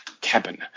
cabin